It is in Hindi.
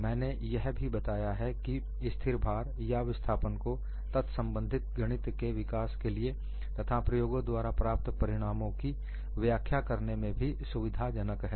मैंने यह भी बताया है कि स्थिर भार या विस्थापन को तत्संबंधी गणित के विकास के लिए तथा प्रयोगों द्वारा प्राप्त परिणामों की व्याख्या करने में भी सुविधाजनक है